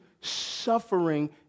suffering